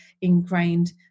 ingrained